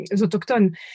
autochtones